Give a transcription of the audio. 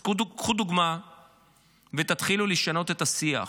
אז קחו דוגמה ותתחילו לשנות את השיח.